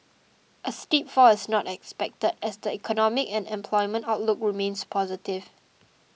a steep fall is not expected as the economic and employment outlook remains positive